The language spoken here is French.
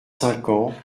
cinquante